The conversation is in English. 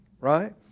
right